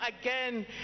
again